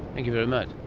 thank you very much.